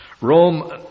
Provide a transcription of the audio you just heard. Rome